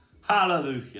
Hallelujah